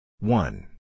One